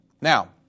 Now